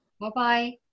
Bye-bye